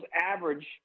average